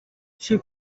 she